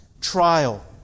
trial